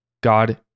God